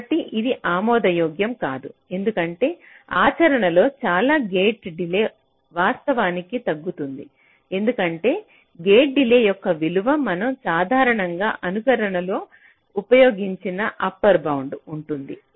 కాబట్టి ఇది ఆమోదయోగ్యం కాదు ఎందుకంటే ఆచరణలో చాలా గేట్ డిలే వాస్తవానికి తగ్గుతుంది ఎందుకంటే గేట్ డిలే యొక్క విలువ మనం సాధారణంగా అనుకరణలో ఉపయోగించిన అప్పర్ బౌండ్ ఉంటాయి